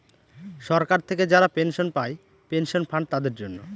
সরকার থেকে যারা পেনশন পায় পেনশন ফান্ড তাদের জন্য